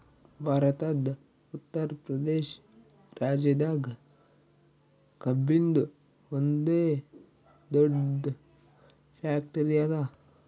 ಭಾರತದ್ ಉತ್ತರ್ ಪ್ರದೇಶ್ ರಾಜ್ಯದಾಗ್ ಕಬ್ಬಿನ್ದ್ ಒಂದ್ ದೊಡ್ಡ್ ಫ್ಯಾಕ್ಟರಿ ಅದಾ